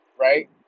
Right